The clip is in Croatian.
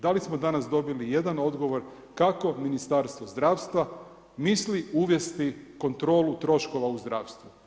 Da li smo danas dobili jedan odgovor kako Ministarstvo zdravstva misli uvesti kontrolu troškova u zdravstvo.